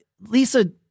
Lisa